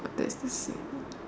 then it's the same